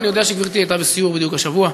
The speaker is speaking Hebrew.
אני יודע שגברתי הייתה בסיור בדיוק השבוע.